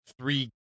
three